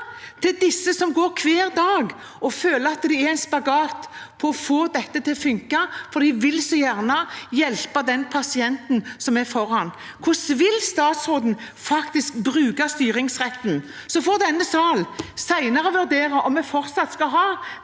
til dem som hver dag går og føler at de står i en spagat for å få dette til å funke fordi de så gjerne vil hjelpe den pasienten de har foran seg? Hvordan vil statsråden faktisk bruke styringsretten? Så får denne sal senere vurdere om vi fortsatt skal ha